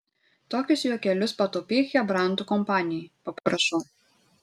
tokius juokelius pataupyk chebrantų kompanijai paprašau